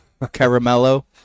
caramello